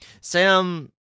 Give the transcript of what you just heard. Sam